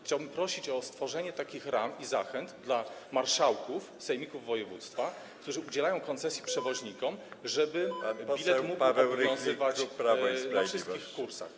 Chciałbym prosić o stworzenie takich ram i zachęt dla marszałków sejmików województwa, którzy udzielają koncesji przewoźnikom, żeby bilet mógł obowiązywać na wszystkich kursach.